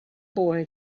boy